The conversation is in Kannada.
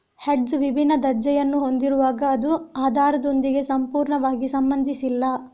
ಹೆಡ್ಜ್ ವಿಭಿನ್ನ ದರ್ಜೆಯನ್ನು ಹೊಂದಿರುವಾಗ ಅದು ಆಧಾರದೊಂದಿಗೆ ಸಂಪೂರ್ಣವಾಗಿ ಸಂಬಂಧಿಸಿಲ್ಲ